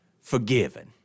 forgiven